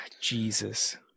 Jesus